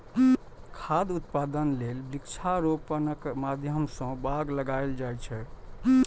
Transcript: खाद्य उत्पादन लेल वृक्षारोपणक माध्यम सं बाग लगाएल जाए छै